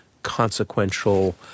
consequential